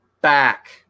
back